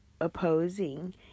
opposing